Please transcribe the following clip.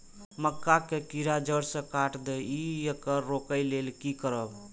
मक्का के कीरा जड़ से काट देय ईय येकर रोके लेल की करब?